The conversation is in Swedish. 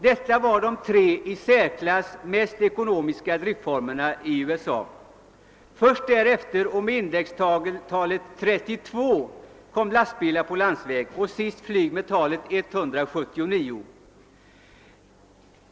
Detta var de tre i särklass mest ekonomiska driftformerna. Först därefter och med indextalet 32 kom lastbilar på landsväg och sist flyget med talet 179.